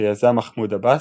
שיזם מחמוד עבאס,